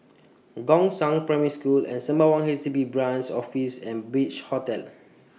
Gongshang Primary School and Sembawang H D B Branch Office and Beach Hotel